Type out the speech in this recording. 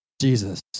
Jesus